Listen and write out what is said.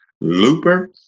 Looper